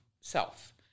self